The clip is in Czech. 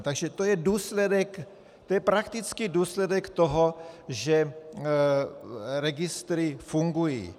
Takže to je důsledek, to je praktický důsledek toho, že registry fungují.